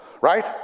Right